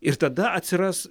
ir tada atsiras